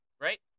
right